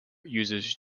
uses